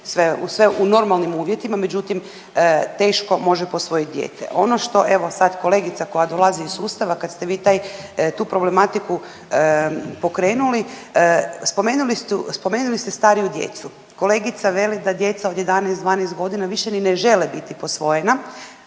sve u normalnim uvjetima, međutim, teško može posvojiti dijete. Ono što evo, sad kolegica koja dolazi iz sustava, kad ste vi taj, tu problematiku pokrenuli, spomenuli ste stariju djecu. Kolegica veli da djeca od 11, 12 godina više ni ne žele biti posvojena,